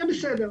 יהיה בסדר'.